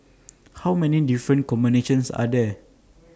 how many different combinations are there